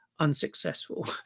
unsuccessful